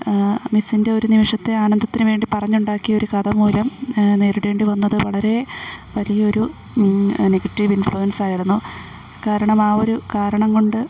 മിസ്സിൻ്റെ ഒരു നിമിഷത്തെ ആനന്ദത്തിനുവേണ്ടി പറഞ്ഞുണ്ടാക്കിയ ഒരു കഥ മൂലം നേരിടേണ്ടിവന്നതു വളരെ വലിയൊരു നെഗറ്റീവ് ഇൻഫ്ലുവൻസായിരുന്നു കാരണം ആ ഒരു കാരണംകൊണ്ട്